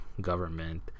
government